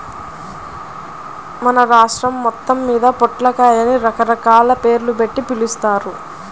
మన రాష్ట్రం మొత్తమ్మీద పొట్లకాయని రకరకాల పేర్లుబెట్టి పిలుస్తారు